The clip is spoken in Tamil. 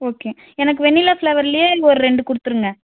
ஓகே எனக்கு வெண்ணிலா ஃபிளேவர்லேயே ஒரு ரெண்டு கொடுத்துருங்க